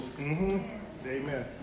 Amen